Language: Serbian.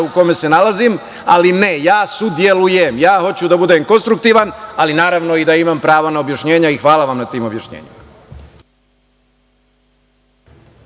u kome se nalazim, ali ne, ja sudelujem, ja hoću da budem konstruktivan, ali naravno, i da imam prava objašnjenja, i hvala vam na tim objašnjenjima.